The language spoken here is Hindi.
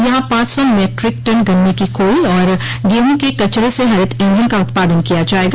यहां पांच सौ मैट्रिक टन गन्ने की खोई और गेहूं के कचरे से हरित ईंधन का उत्पादन किया जायेगा